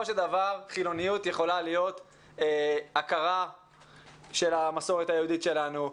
של דבר חילוניות יכולה להיות הכרה של המסורת היהודית שלנו,